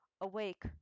Awake